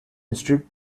instead